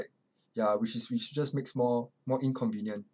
ya which is which just makes it more more inconvenient